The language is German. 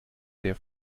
der